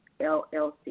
LLC